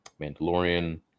Mandalorian